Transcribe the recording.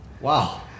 Wow